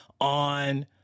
on